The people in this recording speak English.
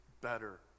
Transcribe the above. better